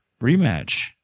rematch